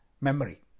memory